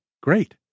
great